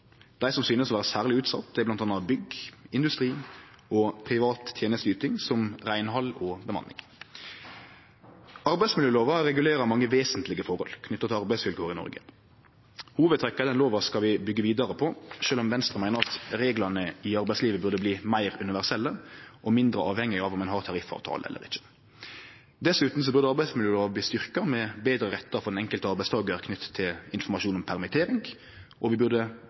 Dei som synest å vere særleg utsette, er m.a. bygg, industri og privat tenesteyting, som reinhald og bemanning. Arbeidsmiljølova regulerer mange vesentlege forhold knytte til arbeidsvilkår i Noreg. Hovudtrekka i den lova skal vi byggje vidare på, sjølv om Venstre meiner at reglane i arbeidslivet burde bli meir universelle og mindre avhengige av om ein har tariffavtale eller ikkje. Dessutan burde arbeidsmiljølova bli styrkt med betre rettar for den enkelte arbeidstakaren knytte til informasjon om permittering, og vi burde